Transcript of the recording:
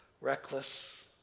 Reckless